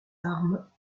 armes